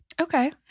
Okay